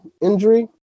injury